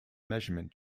measurement